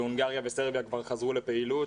בהונגריה כבר חזרו לפעילות.